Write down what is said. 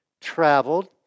traveled